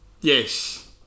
yes